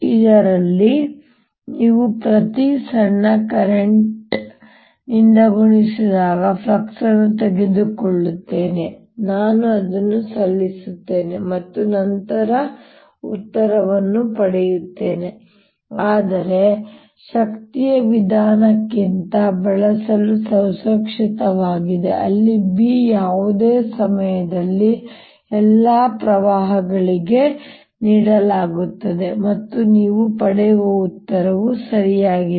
ಇದರಲ್ಲಿ ನೀವು ಪ್ರತಿ ಸಣ್ಣ ಕರೆಂಟ್ನಿಂದ ಗುಣಿಸಿದಾಗ ಫ್ಲಕ್ಸ್ ಅನ್ನು ತೆಗೆದುಕೊಳ್ಳುತ್ತೇನೆ ನಾನು ಅದನ್ನು ಸಲ್ಲಿಸುತ್ತೇನೆ ಮತ್ತು ನಂತರ ಉತ್ತರವನ್ನು ಪಡೆಯುತ್ತೇನೆ ಆದರೆ ಶಕ್ತಿಯ ವಿಧಾನಕ್ಕಿಂತ ಬಳಸಲು ಸುರಕ್ಷಿತವಾಗಿದೆ ಅಲ್ಲಿ b ಯಾವುದೇ ಸಮಯದಲ್ಲಿ ಎಲ್ಲಾ ಪ್ರವಾಹಗಳಿಗೆ ನೀಡಲಾಗುತ್ತದೆ ಮತ್ತು ನೀವು ಪಡೆಯುವ ಉತ್ತರವು ಸರಿಯಾಗಿದೆ